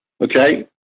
Okay